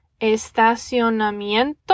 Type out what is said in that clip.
estacionamiento